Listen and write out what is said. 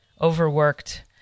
overworked